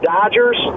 Dodgers